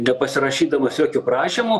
nepasirašydamas jokių prašymų